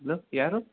hello ಯಾರು